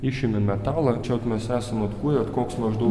išėmė metalą čia vat mes esame atkūrę koks maždaug